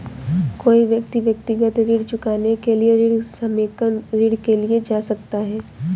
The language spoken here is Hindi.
कोई व्यक्ति व्यक्तिगत ऋण चुकाने के लिए ऋण समेकन ऋण के लिए जा सकता है